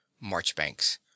Marchbanks